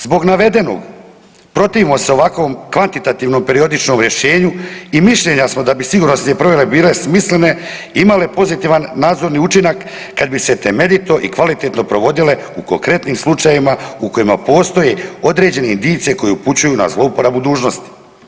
Zbog navedenog protivimo se ovakvom kvantitativnom periodičnom rješenju i mišljenja smo da bi sigurnosne provjere bile smislene, imale pozitivan nadzorni učinak kad bi se temeljito i kvalitetno provodile u konkretnim slučajevima u kojima postoji određene indicije koje upućuju na zlouporabu dužnosti.